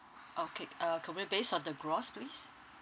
okay uh could be based on the gross please